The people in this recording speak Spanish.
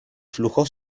flujo